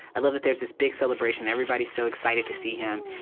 i love that there's this big celebration, everybody's so excited to see him,